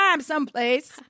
someplace